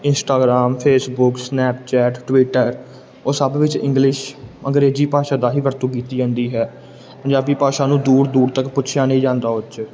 Instagram Facebook Snapchat Twitter ਉਹ ਸਭ ਵਿੱਚ ਇੰਗਲਿਸ਼ ਅੰਗਰੇਜ਼ੀ ਭਾਸ਼ਾ ਦਾ ਹੀ ਵਰਤੋਂ ਕੀਤੀ ਜਾਂਦੀ ਹੈ ਪੰਜਾਬੀ ਭਾਸ਼ਾ ਨੂੰ ਦੂਰ ਦੂਰ ਤੱਕ ਪੁੱਛਿਆ ਨਹੀਂ ਜਾਂਦਾ ਉਹ 'ਚ